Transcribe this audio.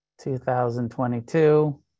2022